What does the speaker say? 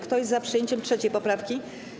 Kto jest za przyjęciem 3. poprawki?